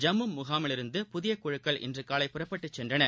ஜம்முமுகாமிலிருந்து புதியகுழுக்கள் இன்றுகாலை புறப்பட்டுச் சென்றன